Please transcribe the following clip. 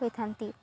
ହୋଇଥାନ୍ତି